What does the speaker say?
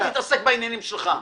אתה תתעסק בעניינים שלך.